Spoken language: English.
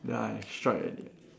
ya I strike already